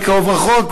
מי קרוב-רחוק,